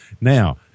Now